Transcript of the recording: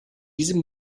diese